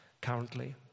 currently